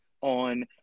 on